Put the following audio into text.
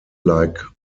like